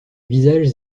visages